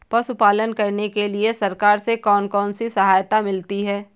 पशु पालन करने के लिए सरकार से कौन कौन सी सहायता मिलती है